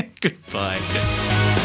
Goodbye